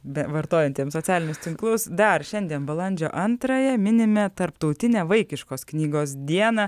be vartojantiems socialinius tinklus dar šiandien balandžio antrąją minime tarptautinę vaikiškos knygos dieną